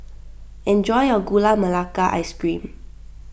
enjoy your Gula Mlaka Ice Cream